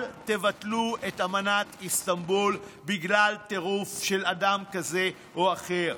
אל תבטלו את אמנת איסטנבול בגלל טירוף של אדם כזה או אחר.